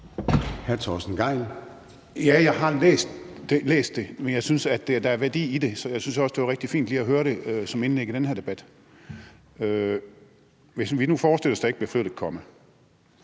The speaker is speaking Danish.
Torsten Gejl (ALT): Ja, jeg har læst det. Men jeg synes, at der er værdi i det, så jeg synes også, det var rigtig fint lige at høre det som et indlæg i den her debat. Hvis vi nu forestiller os, at der ikke bliver flyttet et